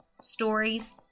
stories